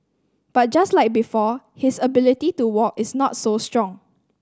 but just like before his ability to walk is not so strong